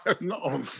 No